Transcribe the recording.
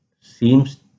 seems